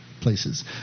places